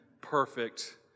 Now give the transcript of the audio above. perfect